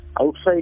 outside